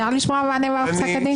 זכותנו לדעת מה היה בפסק הדין.